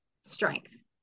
strength